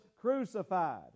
crucified